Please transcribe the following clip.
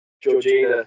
Georgina